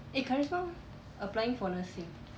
eh karisma applying for nursing